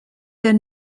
der